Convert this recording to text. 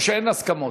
או שאין הסכמות?